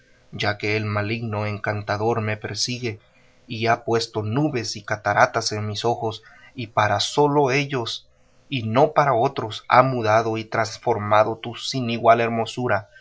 ya que el maligno encantador me persigue y ha puesto nubes y cataratas en mis ojos y para sólo ellos y no para otros ha mudado y transformado tu sin igual hermosura